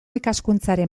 ikaskuntzaren